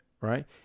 Right